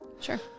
Sure